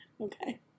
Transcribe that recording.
Okay